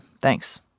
Thanks